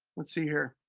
let's see here.